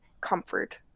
comfort